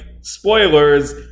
spoilers